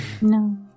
No